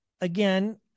Again